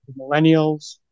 Millennials